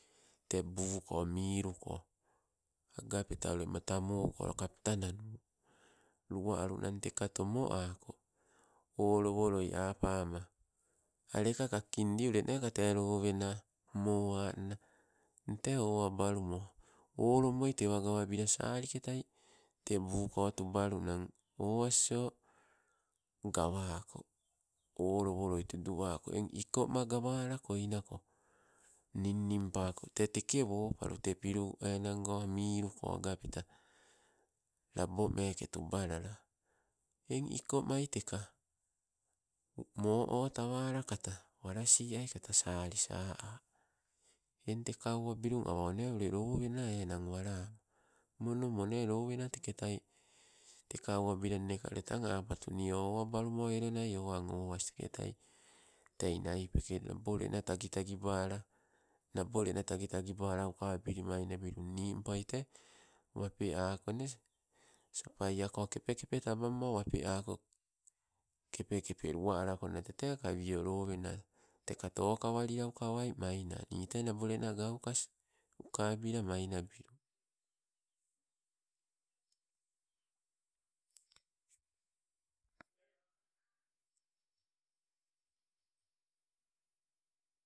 Te buu ko miluko agapetae ule matamogo kapta nanu, lua alunang tee tomo ako olowoloi apama aleka kakindi ule neeka tee lowena mo anna. Nii tee owabalumo, olomoi tewa gawabila saliketai, te buko tubalunang owas o gawako, olo woloi tudu ako eng ikoma gawala koinako ninninpako te teke wopalu te pilu enango miluko agapeta, labo meeke tubalala. Eng ikomai teka, mo o tawala kata walasiai kata sali saa'a eng teka owabilun awa one ule lowena enang walama. Mono mo ne lowena teketai, teka oawbila nneka ule tang apatu ni owabalumo, elo nai oan owas teketai tei naipeke, nabolena tagitagi bala nabolena tagitagi bala uka abili mainabilun nimpoi te, wapea kone sapaiako, kopekepe tabam mo wapeako kapeke luwa alakonna teteka wio lowena teka tokawalia ukawai maina ni te nabolena gaukas uka abila mainabilu.